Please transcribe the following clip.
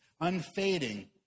unfading